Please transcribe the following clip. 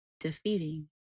defeating